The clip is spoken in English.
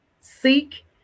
seek